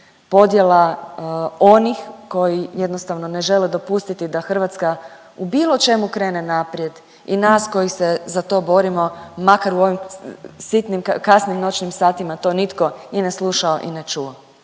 podjela onih koji jednostavno ne žele dopustiti da Hrvatska u bilo čemu krene naprijed i nas koji se za to borimo makar u ovim sitnim kasnim noćnim satima to nitko i ne slušao i ne čuo,